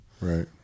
Right